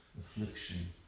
affliction